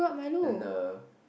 then the